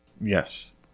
Yes